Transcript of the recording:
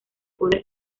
poder